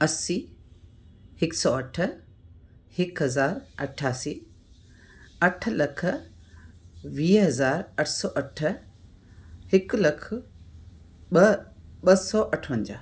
असीं हिकु सौ अठ हिकु हज़ारु अठासी अठ लख वीह हज़ार अठ सौ अठ हिकु लखु ॿ ॿ सौ अठवंजाहु